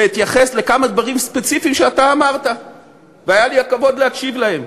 ואתייחס לכמה דברים ספציפיים שאתה אמרת והיה לי הכבוד להקשיב להם.